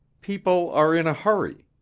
people are in a hurry.